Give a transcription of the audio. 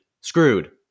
Screwed